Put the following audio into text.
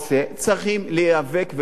צריכים להיאבק ולהילחם.